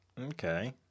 Okay